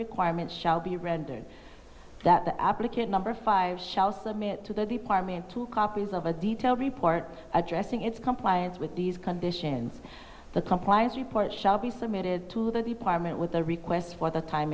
requirement shall be rendered that the applicant number five shall submit to the department two copies of a detailed report addressing its compliance with these conditions the compliance report shall be submitted to the department with the request for the time